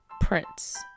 prince